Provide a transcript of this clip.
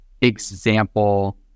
example